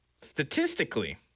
statistically